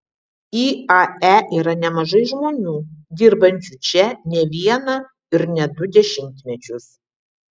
iae yra nemažai žmonių dirbančių čia ne vieną ir ne du dešimtmečius